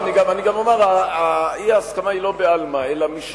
לא, אני גם אומר, האי-הסכמה היא לא בעלמא, אלא, א.